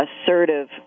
assertive